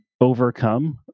overcome